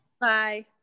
Bye